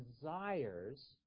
desires